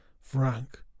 Frank